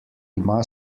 ima